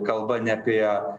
kalba ne apie